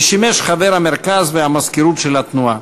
ושימש חבר המרכז והמזכירות של התנועה.